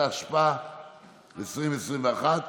התשפ"א 2021,